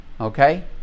Okay